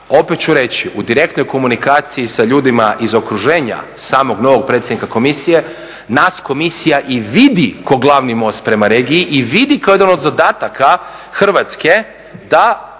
opet ću reći u direktnoj komunikaciji sa ljudima iz okruženja samog novog predsjednika komisije nas komisija i vidi kao glavni most prema regiji i vidi kao jedan od zadataka Hrvatske da